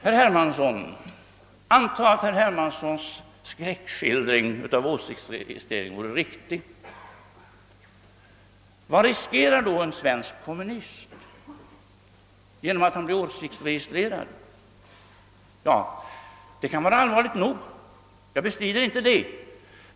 Låt oss anta att herr Hermanssons skräckskildring av åsiktsregistreringen är riktig. Vad riskerar då en svensk kommunist genom att bli åsiktsregistre rad? Ja, jag bestrider inte att risken kan vara allvarlig nog.